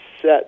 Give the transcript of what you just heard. set